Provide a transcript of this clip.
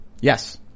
Yes